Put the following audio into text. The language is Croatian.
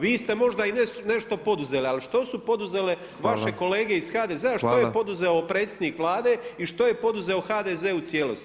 Vi ste možda nešto poduzeli, ali što su poduzele vaše kolege iz HDZ-a, što je poduzeo predsjednik Vlade i što je poduzeo HDZ u cijelosti?